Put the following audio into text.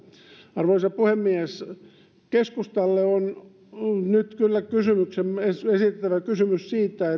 arvoisa puhemies keskustalle on nyt kyllä esitettävä kysymys siitä